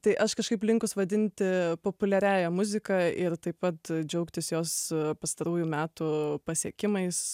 tai aš kažkaip linkus vadinti populiariąja muzika ir taip pat džiaugtis jos pastarųjų metų pasiekimais